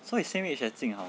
so he's same age as jing hao